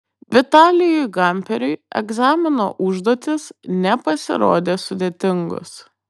vitalijui gamperiui egzamino užduotys nepasirodė sudėtingos